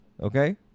okay